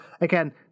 again